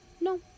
No